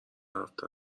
هفته